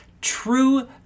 true